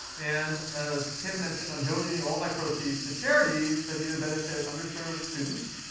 and as kim mentioned, i'm donating all of my proceeds to charities that either benefit underserved students,